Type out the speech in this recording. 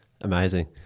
Amazing